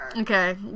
Okay